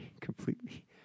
completely